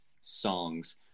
songs